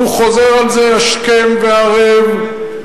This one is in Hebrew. הוא חוזר על זה השכם והערב.